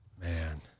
man